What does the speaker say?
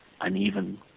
uneven